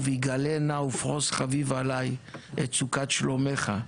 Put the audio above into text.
"יגלה נא ופרוס חביב עליי את סוכת שלומך,